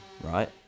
right